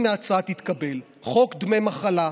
אם ההצעה תתקבל: חוק דמי מחלה,